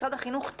משרד החינוך,